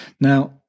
Now